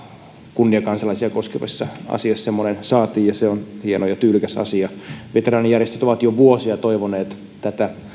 kunniakansalaisia koskevassa asiassa semmoinen saatiin ja se on hieno ja tyylikäs asia veteraanijärjestöt ovat jo vuosia toivoneet tätä